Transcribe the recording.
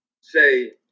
say